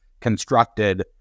constructed